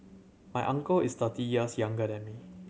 my uncle is thirty years younger than me